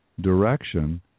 direction